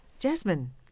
Jasmine